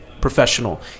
professional